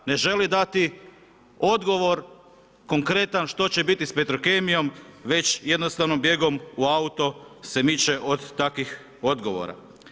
Ne želi dati odgovor konkretan što će biti Petrokemijom već jednostavno bijegom u auto se miče od takvih odgovora.